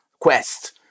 quest